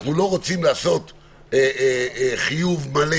אנחנו לא רוצים לעשות חיוב מלא,